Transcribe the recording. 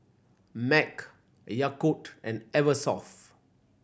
MAG Yakult and Eversoft